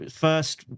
first